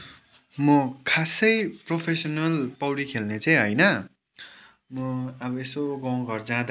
म खासै प्रोफेसनल पौडी खेल्ने चाहिँ होइन म अब यसो गाउँ घर जाँदा